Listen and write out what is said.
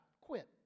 quit